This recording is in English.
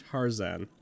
Tarzan